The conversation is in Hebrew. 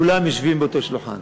כולם יושבים ליד אותו שולחן.